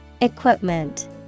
Equipment